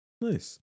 Nice